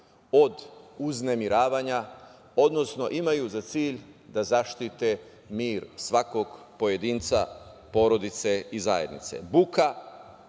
od uznemiravanja, odnosno imaju za cilj da zaštite mir svakog pojedinca, porodice i zajednice. Buka,